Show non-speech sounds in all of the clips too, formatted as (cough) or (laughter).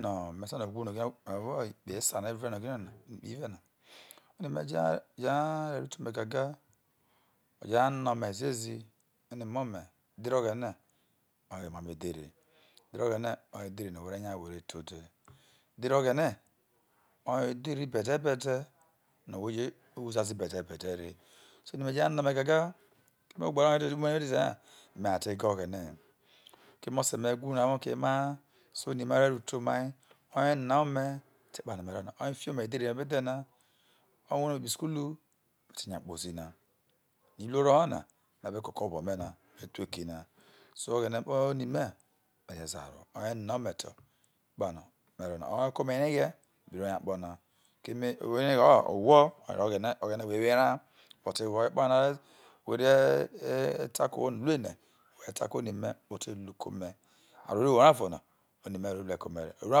(unintelligible) no me te rue buo bu on me wuo ikpe esa evre no gine na ikpe ire ori me je na ne ome ziezi ino mome edhere oghene oye emamo edhere, edhere oghene oye edhere no owho ore nya whe re te ode, edhere oghene oye edhere ibede bede no who je wo uzuazo ibedde je, so oni me re ome ga ga agbero no me ha te go oghene he keme ose me gwu erao oke emaha so ori me ro ro te omai, oye ne ome te ekpano me ro na, oye fio ome ho edhere no me be dhe na, oye wune ome kpo isu kulu me ti nya kpo zi na luo roho me be ko oko obo me na me be ko oko obi me na me be ro thuo eki na oni me me re ye za akoho oni me oye ne, ome to ekpano me ro na, oye ko me ereghe no me bi ro yo akpo na, keme owo ereghe ohwo, oghene uhe wo era woho ekpano e e whe re ta ke ohwo no lu ene we ta ke oni ote tu ke ome aruo riwo ra orona oni me oro lua ke ome aruori wora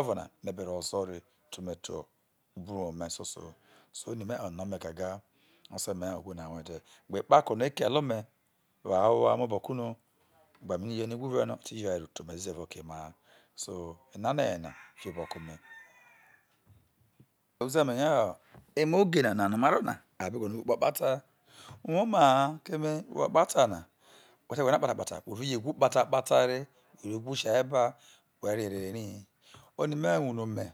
orona me be ro zo re me to ubru uwo me so so, so oni me o ne ome gaga yo osi me wu no awo ede yo ekpako no ekele ome owho woho amo obokuno hbe ami ini me ni wa ure no a te je rero ta ome zizi evao oke ema ha so enane yena fiobo no ke ome ziezi avao oke emaha so enane ye na fioboho ke omie. Uzeme ye ho emo oge na no maro na a be gwolo ugho kpakpata uwoma na keme ugho kpakpata, who te gwo lie kpata kpata whe re je wu kpata kpata re we re wu sia ba we re re erere ri hi oni me wune ome̱